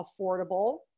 affordable